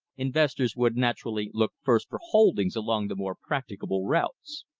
investors would naturally look first for holdings along the more practicable routes.